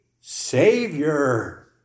Savior